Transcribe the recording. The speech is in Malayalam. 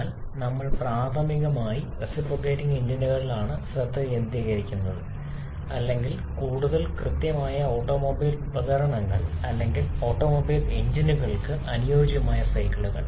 എന്നാൽ നമ്മൾ പ്രാഥമികമായി റെസിപ്രോക്കേറ്റിംഗ് എഞ്ചിനുകളിലാണ് ശ്രദ്ധ കേന്ദ്രീകരിക്കുന്നത് അല്ലെങ്കിൽ കൂടുതൽ കൃത്യമായ ഓട്ടോമൊബൈൽ ഉപകരണങ്ങൾ അല്ലെങ്കിൽ ഓട്ടോമൊബൈൽ എഞ്ചിനുകൾക്ക് അനുയോജ്യമായ സൈക്കിളുകൾ